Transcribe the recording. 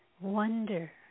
wonder